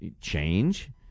change